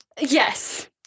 Yes